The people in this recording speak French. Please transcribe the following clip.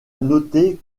noter